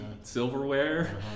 silverware